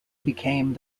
became